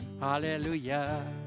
hallelujah